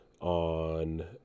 on